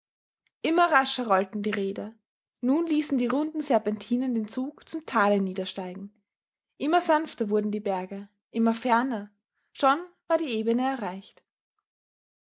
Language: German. immer rascher rollten die räder nun ließen die runden serpentinen den zug zum tale niedersteigen immer sanfter wurden die berge immer ferner schon war die ebene erreicht